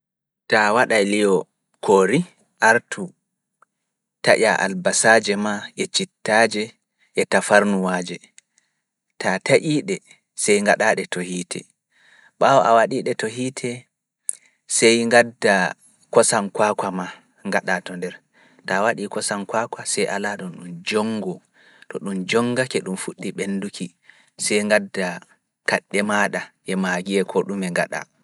Taa waɗa e liyo koori artu taƴa albasaaje maa e cittaaji e tafarnuwaaji, taa taƴii ɗe sey ngaɗa ɗe to hiite, ɓaawo a waɗii ɗe to hiite sey ngadda kosam kwaakwa maa ngaɗa to nder. taa waɗii kosam kwaakwa sey alaa ɗum jonngo, to ɗum jonngake ɗum fuɗɗi ɓenduki see ngadda kaɗi e maaɗa e maajiyee ko ɗume gaɗa.